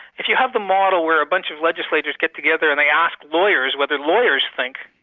if you have the model where a bunch of legislators get together and they ask lawyers whether lawyers think,